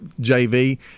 JV